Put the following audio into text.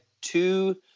two